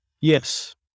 Yes